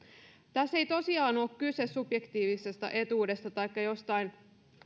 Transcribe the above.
tässä ei tosiaan ole kyse subjektiivisesta etuudesta taikka jostain